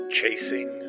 Chasing